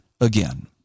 again